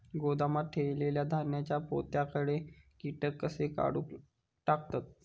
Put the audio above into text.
गोदामात ठेयलेल्या धान्यांच्या पोत्यातले कीटक कशे काढून टाकतत?